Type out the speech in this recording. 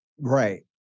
Right